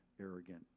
arrogant